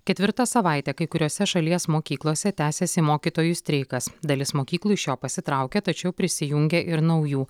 ketvirtą savaitę kai kuriose šalies mokyklose tęsiasi mokytojų streikas dalis mokyklų iš jo pasitraukė tačiau prisijungia ir naujų